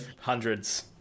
hundreds